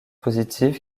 positive